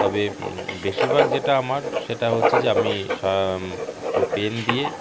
তবে বেশিরভাগ যেটা আমার সেটা হচ্ছে যে আমি পুরো পেন দিয়ে